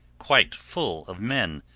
quite full of men.